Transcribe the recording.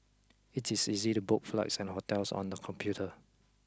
it is easy to book flights and hotels on the computer